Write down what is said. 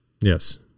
Yes